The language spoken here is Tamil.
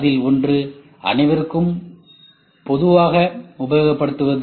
அதில் ஒன்று அனைவரும் பொதுவாக உபயோகப்படுத்துவது